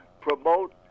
promote